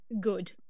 good